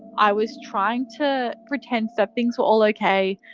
i was trying to pretend that things were all okay.